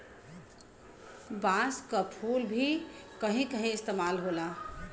बांस क फुल क भी कहीं कहीं इस्तेमाल होला